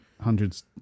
hundreds